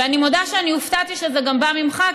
ואני מודה שאני גם הופתעתי שזה בא ממך,